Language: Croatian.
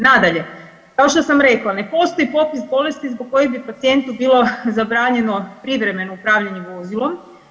Nadalje, kao što sam rekla, ne postoji popis bolesti zbog kojih bi pacijentu bilo zabranjeno privremeno upravljanje vozilom.